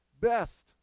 best